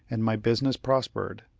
and my business prospered.